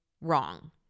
wrong